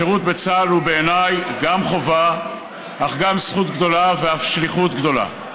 השירות בצה"ל הוא בעיניי גם חובה אך גם זכות גדולה ואף שליחות גדולה.